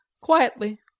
Quietly